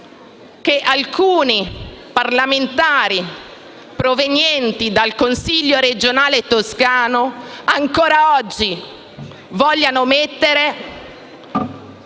che alcuni parlamentari provenienti dal Consiglio regionale della Toscana ancora oggi vogliano mettere